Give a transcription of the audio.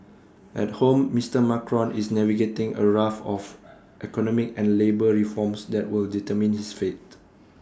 at home Mister Macron is navigating A raft of economic and labour reforms that will determine his fate